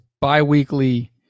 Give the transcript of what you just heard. bi-weekly